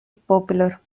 popular